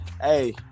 hey